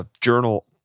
journal